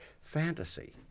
fantasy